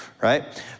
right